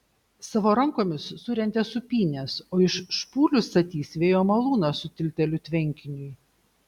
savo rankomis surentė sūpynes o iš špūlių statys vėjo malūną su tilteliu tvenkiniui